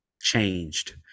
changed